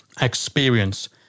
experience